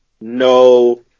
no